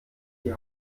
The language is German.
die